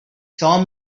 saw